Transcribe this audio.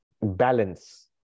balance